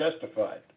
justified